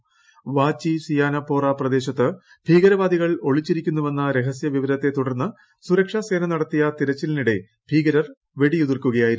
ഏറ്റുമുട്ടലിൽ വാചി സിയാനപ്പോറാ പ്രദേശത്ത് ഭീകരവാദികൾ ഒളിച്ചിരിക്കുന്നുവെന്ന രഹസ്യവിവരത്തെ തുടർന്ന് സുരക്ഷാ സേന നടത്തിയ തിരച്ചിലിനിടെ ഭീകരർ വെടിയുതിർക്കുകായിരുന്നു